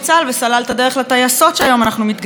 את הדרך לטייסות שהיום אנחנו מתגאים בהן,